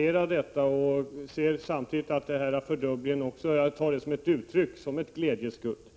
miljarder. Samtidigt ser jag fördubblingen som ett uttryck för glädje, ett glädjeskutt.